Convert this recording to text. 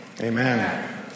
amen